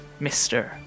Mr